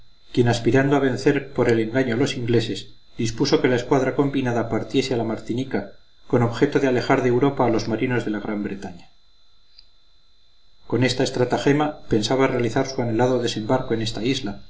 quien aspirando a vencer por el engaño a los ingleses dispuso que la escuadra combinada partiese a la martinica con objeto de alejar de europa a los marinos de la gran bretaña con esta estratagema pensaba realizar su anhelado desembarco en esta isla